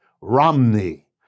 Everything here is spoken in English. Romney